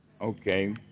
okay